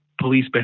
police